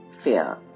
fear